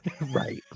right